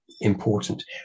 important